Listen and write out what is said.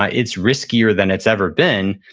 ah it's riskier than it's ever been.